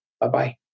Bye-bye